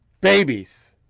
Babies